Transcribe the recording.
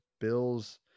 Bills